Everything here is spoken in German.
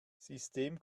system